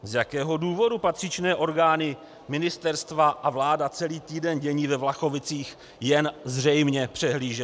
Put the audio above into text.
Z jakého důvodu patřičné orgány ministerstva a vláda celý týden dění ve Vlachovicích zřejmě jen přehlížely?